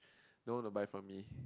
no one will buy from me